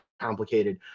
complicated